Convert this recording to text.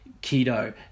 keto